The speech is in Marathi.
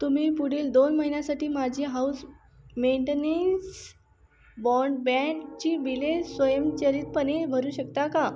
तुम्ही पुढील दोन महिन्यांसाठी माझी हाउस मेंटेनेन्स बाँडबँडची बिले स्वयंचलितपणे भरू शकता का